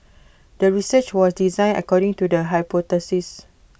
the research was designed according to the hypothesis